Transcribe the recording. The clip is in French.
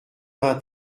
vingt